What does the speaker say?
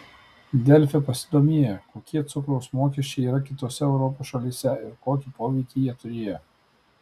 delfi pasidomėjo kokie cukraus mokesčiai yra kitose europos šalyse ir kokį poveikį jie turėjo